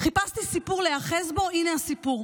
חיפשתי סיפור להיאחז בו, הינה הסיפור: